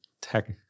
tech –